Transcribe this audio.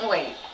Wait